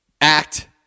act